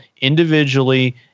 individually